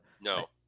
no